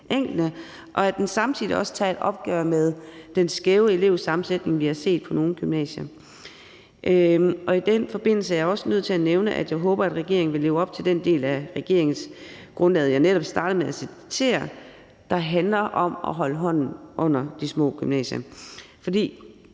og at den samtidig også tager et opgør med den skæve elevsammensætning, vi har set på nogle gymnasier. I den forbindelse er jeg også nødt til at nævne, at jeg håber, at regeringen vil leve op til den del af regeringsgrundlaget, jeg netop startede med at citere fra, og som handler om at holde hånden under de små gymnasier.